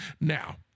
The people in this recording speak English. Now